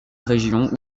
région